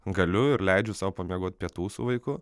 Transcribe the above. galiu ir leidžiu sau pamiegot pietų su vaiku